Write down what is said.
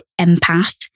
empath